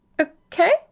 Okay